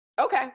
Okay